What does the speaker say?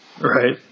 Right